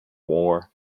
wore